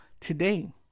today